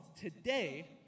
today